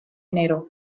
enero